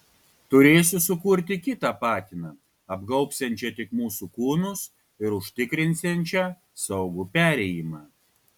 turėsiu sukurti kitą patiną apgaubsiančią tik mūsų kūnus ir užtikrinsiančią saugų perėjimą